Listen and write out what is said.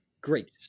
Great